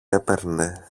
έπαιρνε